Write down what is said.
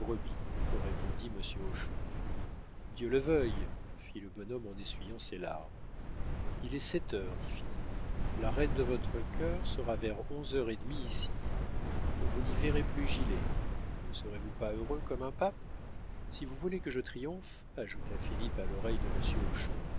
répondit monsieur hochon dieu le veuille fit le bonhomme en essuyant ses larmes il est sept heures dit philippe la reine de votre cœur sera vers onze heures et demie ici vous n'y verrez plus gilet ne serez-vous pas heureux comme un pape si vous voulez que je triomphe ajouta philippe à l'oreille de monsieur